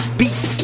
beats